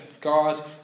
God